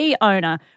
owner